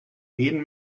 wen